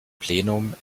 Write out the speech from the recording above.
plenum